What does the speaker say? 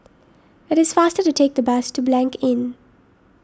it is faster to take the bus to Blanc Inn